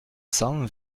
cent